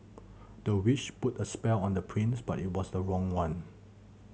the witch put a spell on the prince but it was the wrong one